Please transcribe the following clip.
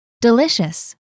Delicious